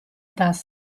tasse